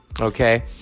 Okay